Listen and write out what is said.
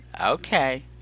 okay